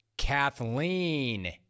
Kathleen